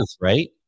right